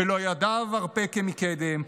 / ולא ידיו ארפה כמקדם,